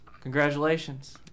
congratulations